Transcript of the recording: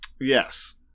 Yes